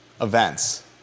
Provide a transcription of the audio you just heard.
events